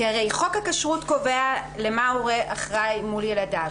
כי הרי חוק הכשרות קובע למה הורה אחראי מול ילדיו,